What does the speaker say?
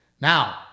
Now